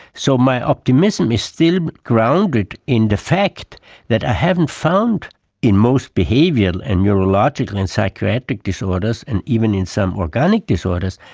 so my optimism is still grounded in the fact that i haven't found in most behavioural and neurological and psychiatric disorders and even in some organic disorders,